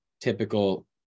typical